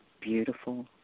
beautiful